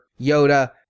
Yoda